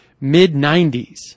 mid-90s